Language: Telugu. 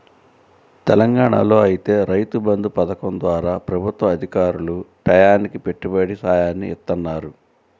తెలంగాణాలో ఐతే రైతు బంధు పథకం ద్వారా ప్రభుత్వ అధికారులు టైయ్యానికి పెట్టుబడి సాయాన్ని ఇత్తన్నారు